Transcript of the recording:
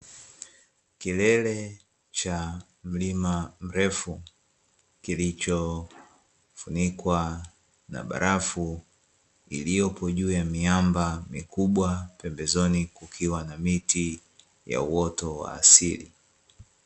Kilele cha mlima mrefu kilichofunikwa na barafu, iliyoko juu ya miamba mikubwa pembezoni kukiwa na miti ya uoto wa asili.